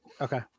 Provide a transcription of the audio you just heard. okay